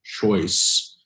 choice